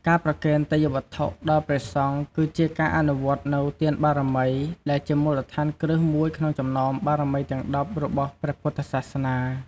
ការប្រគេនទេយ្យវត្ថុដល់ព្រះសង្ឃ គឺជាការអនុវត្តនូវ ទានបារមី ដែលជាមូលដ្ឋានគ្រឹះមួយក្នុងចំណោមបារមីទាំងដប់របស់ព្រះពុទ្ធសាសនា។